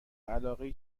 علاقهای